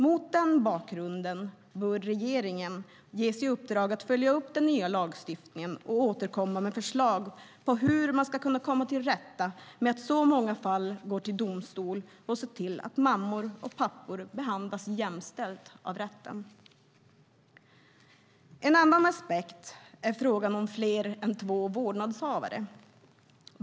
Mot den bakgrunden bör regeringen ges i uppdrag att följa upp den nya lagstiftningen och återkomma med förslag på hur man ska kunna komma till rätta med att så många fall går till domstol och se till att mammor och pappor behandlas jämställt av rätten. En annan aspekt är frågan om fler än två vårdnadshavare.